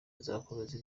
nzakomeza